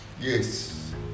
Yes